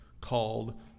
called